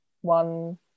one